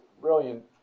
brilliant